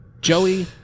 Joey